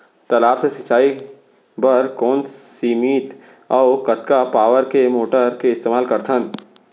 तालाब से सिंचाई बर कोन सीमित अऊ कतका पावर के मोटर के इस्तेमाल करथन?